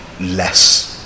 less